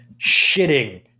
shitting